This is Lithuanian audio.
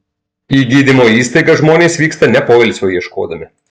į gydymo įstaigas žmonės vyksta ne poilsio ieškodami